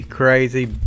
crazy